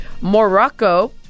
Morocco